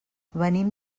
venim